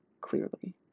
clearly